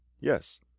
Yes